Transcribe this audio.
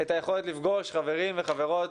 את היכולת לפגוש חברים וחברות,